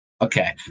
Okay